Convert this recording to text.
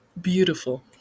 Beautiful